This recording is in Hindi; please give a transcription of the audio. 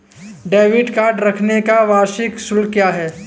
डेबिट कार्ड रखने का वार्षिक शुल्क क्या है?